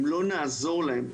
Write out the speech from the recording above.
אם לא נעזור להם,